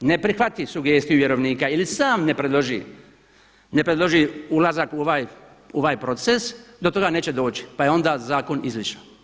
ne prihvati sugestiju vjerovnika ili sam ne predloži ulazak u ovaj proces do toga neće doći pa je onda zakon izlišan.